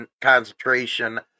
concentration